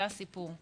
זה לא הוא.